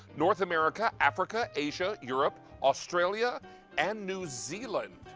north america, africa, acia, europe, australia and new zealand.